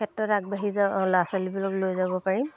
ক্ষেত্ৰত আগবাঢ়ি যাওঁ অ' ল'ৰা ছোৱালীবোৰক লৈ যাব পাৰিম